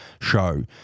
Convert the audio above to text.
show